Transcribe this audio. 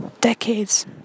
decades